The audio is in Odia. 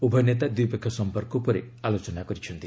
ଉଭୟ ନେତା ଦ୍ୱିପକ୍ଷିୟ ସମ୍ପର୍କ ଉପରେ ଆଲୋଚନା କରିଛନ୍ତି